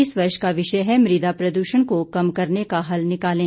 इस वर्ष का विषय है मृदा प्रदूषण को कम करने का हल निकालें